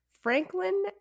Franklin